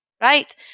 right